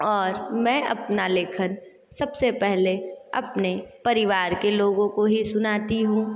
और मैं अपना लेखन सबसे पहले अपने परिवार के लोगों को ही सुनाती हूँ